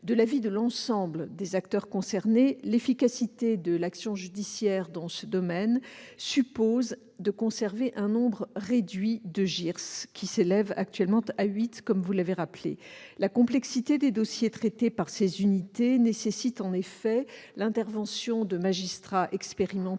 De l'avis de l'ensemble des acteurs concernés, l'efficacité de l'action judiciaire dans ce domaine suppose de conserver un nombre réduit de JIRS, celui-ci s'élevant actuellement à huit, comme vous l'avez rappelé. La complexité des dossiers traités par ces unités nécessite effectivement l'intervention de magistrats expérimentés,